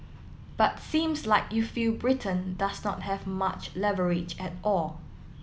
but seems like you feel Britain does not have much leverage at all